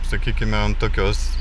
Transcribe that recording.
sakykime ant tokios